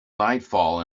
nightfall